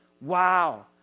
wow